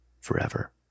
forever